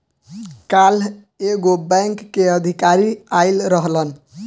काल्ह एगो बैंक के अधिकारी आइल रहलन